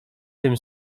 tym